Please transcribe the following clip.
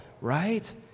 right